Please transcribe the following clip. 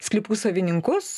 sklypų savininkus